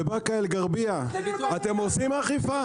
בבאקה אל-גרבייה אתם עושים אכיפה?